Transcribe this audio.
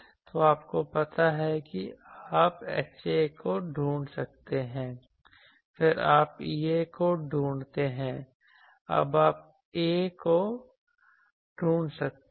तो आपको पता है कि आप HA को ढूंढ सकते हैं फिर आप EA को ढूंढते हैं अब आप A को ढूंढ सकते हैं